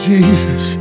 Jesus